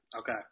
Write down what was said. Okay